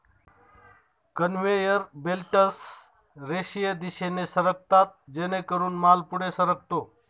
conveyor belts रेषीय दिशेने सरकतात जेणेकरून माल पुढे सरकतो